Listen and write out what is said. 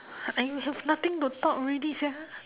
!aiyo! have nothing to talk already sia